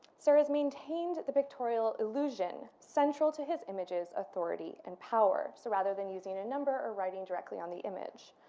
serres maintained at the pictorial illusion central to his images authority and power. so rather than using a number or writing directly on the image,